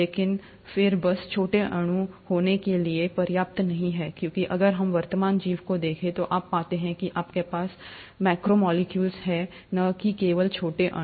लेकिन फिर बस छोटे अणु होने के लिए पर्याप्त नहीं है क्योंकि अगर हम वर्तमान जीवन को देखें तो आप पाते हैं कि आपके पास मैक्रोमोलेक्यूल है न कि केवल छोटे अणु